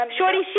Shorty